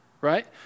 right